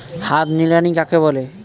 হাত নিড়ানি কাকে বলে?